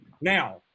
Now